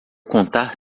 contar